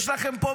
יש לכם פה,